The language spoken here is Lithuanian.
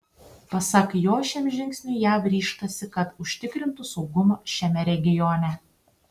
pasak jo šiam žingsniui jav ryžtasi kad užtikrintų saugumą šiame regione